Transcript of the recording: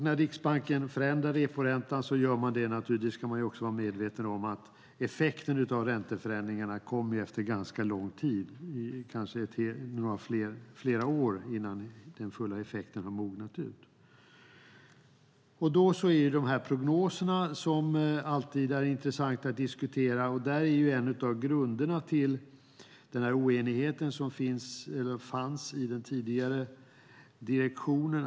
När Riksbanken ändrar reporäntan kommer, det ska vi vara medvetna om, effekten av ränteändringarna först efter ganska lång tid. Det kanske tar flera år innan den fulla effekten har uppnåtts. Prognoser är alltid intressanta att diskutera - det var en av grunderna till den oenighet som fanns i den tidigare direktionen.